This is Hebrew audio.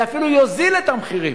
זה אפילו יוריד את המחירים,